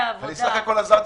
העבודה --- אני בסך הכול עזרתי.